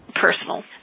personal